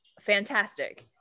fantastic